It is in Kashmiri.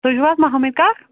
تُہۍ چھِو حظ محمد کاک